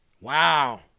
Wow